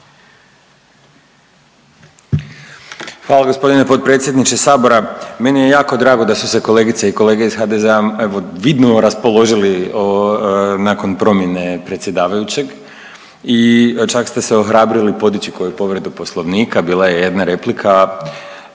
Hvala gospodine potpredsjedniče.